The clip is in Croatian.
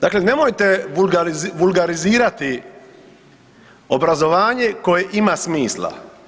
Dakle, nemojte vulgarizirati obrazovanje koje ima smisla.